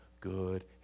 good